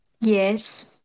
Yes